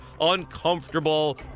uncomfortable